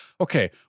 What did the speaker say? okay